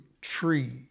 tree